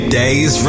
days